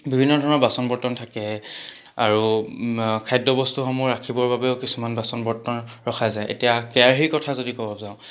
বিভিন্ন ধৰণৰ বাচন বৰ্তন থাকে আৰু খাদ্য বস্তুসমূহ ৰাখিবৰ বাবেও কিছুমান বাচন বৰ্তন ৰখা যায় এতিয়া কেৰাহীৰ কথা যদি ক'ব যাওঁ